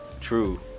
True